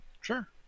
Sure